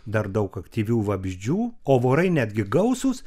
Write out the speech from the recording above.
dar daug aktyvių vabzdžių o vorai netgi gausūs